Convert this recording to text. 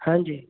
हाँ जी